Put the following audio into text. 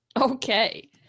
Okay